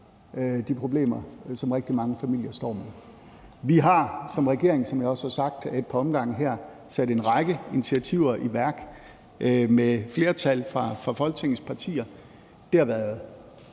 de problemer, som rigtig mange familier står med. Vi har som regering – som jeg også har sagt ad et par omgange her – sat en række initiativer i værk med flertal fra Folketingets partier. Det har været